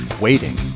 waiting